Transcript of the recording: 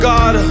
God